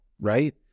right